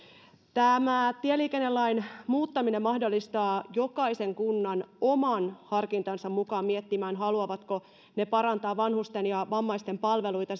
tämä tieliikennelain muuttaminen mahdollistaa jokaisen kunnan oman harkintansa mukaan miettimään haluavatko ne parantaa vanhusten ja vammaisten palveluita